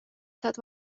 saad